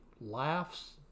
laughs